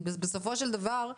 בסופו של דבר,